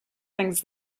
things